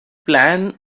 plan